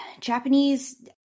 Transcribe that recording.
Japanese